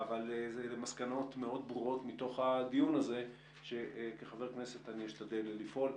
אבל אלה מסקנות מאוד ברורות מתוך הדיון הזה שכחבר כנסת אני אשתדל לפעול.